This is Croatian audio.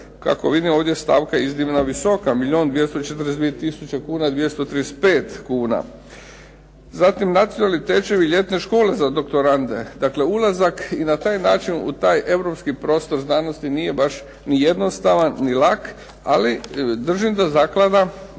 Kako vidim stavka je ovdje iznimno visoka milijun 242 tisuće kuna 235. Zatim nacionalni tečajevi i ljetne škole za doktorande. Dakle, ulazak i na taj način u europski prostor znanosti nije baš ni jednostavan ni lak. Ali držim da zaklada